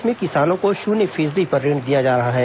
प्रदेश में किसानों को शून्य फीसदी पर ऋण दिया जा रहा है